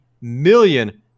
million